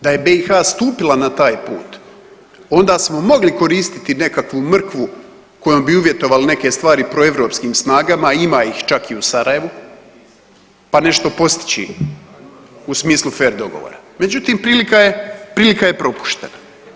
Da je BiH stupila na taj put onda smo mogli koristiti nekakvu mrkvu kojom bi uvjetovali neke stvari proeuropskim snagama, ima ih čak i u Sarajevu, pa nešto postići u smislu fer dogovora, međutim prilika je, prilika je propuštena.